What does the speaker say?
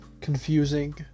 confusing